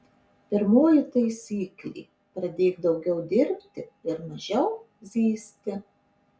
pirmoji taisyklė pradėk daugiau dirbti ir mažiau zyzti